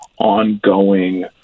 ongoing